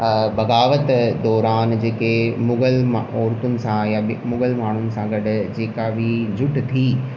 बग़ावत दौरान जेके मुग़ल म औरतुनि सां या मुग़ल माण्हुनि सां गॾु जेका बि जुट थी